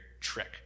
trick